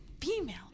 Female